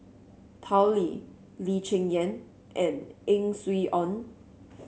Tao Li Lee Cheng Yan and Ang Swee Aun